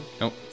Nope